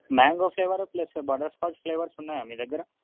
mango flavour plus butterscotch flavours ఉన్నాయా మీ దగ్గర